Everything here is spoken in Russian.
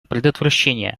предотвращение